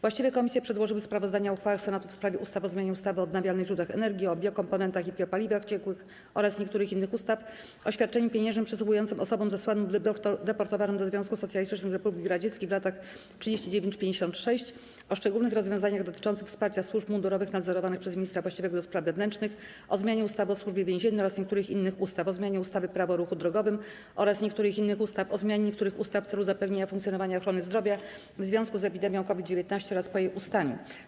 Właściwe komisje przedłożyły sprawozdania o uchwałach Senatu w sprawie ustaw: - o zmianie ustawy o odnawialnych źródłach energii, - o biokomponentach i biopaliwach ciekłych oraz niektórych innych ustaw, - o świadczeniu pieniężnym przysługującym osobom zesłanym lub deportowanym do Związku Socjalistycznych Republik Radzieckich w latach 1939–1956, - o szczególnych rozwiązaniach dotyczących wsparcia służb mundurowych nadzorowanych przez ministra właściwego do spraw wewnętrznych, o zmianie ustawy o Służbie Więziennej oraz niektórych innych ustaw, - o zmianie ustawy - Prawo o ruchu drogowym oraz niektórych innych ustaw, - o zmianie niektórych ustaw w celu zapewnienia funkcjonowania ochrony zdrowia w związku z epidemią COVID-19 oraz po jej ustaniu.